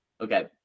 Okay